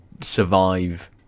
survive